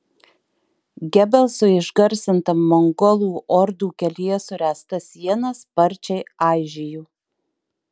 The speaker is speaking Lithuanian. gebelso išgarsinta mongolų ordų kelyje suręsta siena sparčiai aižėjo